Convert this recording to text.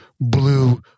blue